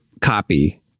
copy